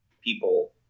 people